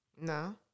No